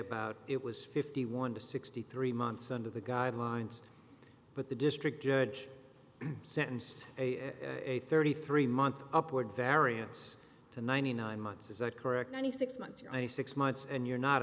about it was fifty one to sixty three months under the guidelines with the district judge sentenced a thirty three month upward variance to ninety nine months is that correct ninety six months you're ninety six months and you're not